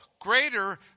greater